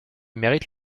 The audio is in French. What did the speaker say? mérite